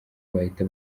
bahita